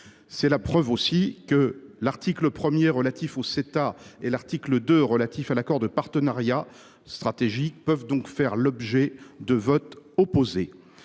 aussi la preuve que l’article 1 relatif au Ceta et l’article 2 relatif à l’accord de partenariat stratégique peuvent faire l’objet de votes opposés.